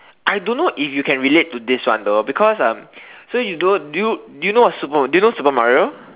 I don't know if you can relate to this one though because um so you know do you do you know what is super do you know Super Mario